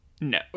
no